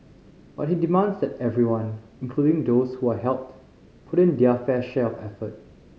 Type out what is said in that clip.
but he demands that everyone including those who are helped put in their fair share of effort